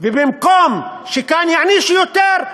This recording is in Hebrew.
ובמקום שכאן יענישו יותר,